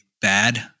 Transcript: bad